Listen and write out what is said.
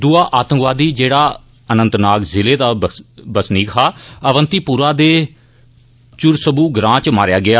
दूआ आतंकवादी जेहड़ा अनंतनाग जिले दा बसनीक हा आवंतीपुरा दे चुरसबू ग्रां च मारेआ गेआ